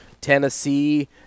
Tennessee